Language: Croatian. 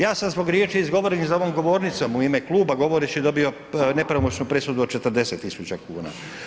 Ja sam zbog riječi izgovorenih za ovom govornicom u ime kluba govoreći dobio nepravomoćnu presudu od 40.000 kuna.